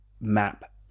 map